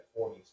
40s